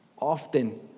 often